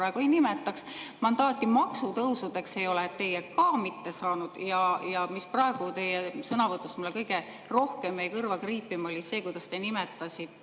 praegu ka ei nimetaks. Mandaati maksutõusudeks ei ole teie ka mitte saanud. Ja mis praegu teie sõnavõtust mulle kõige rohkem jäi kõrva kriipima, oli see, kuidas te nimetasite